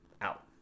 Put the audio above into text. out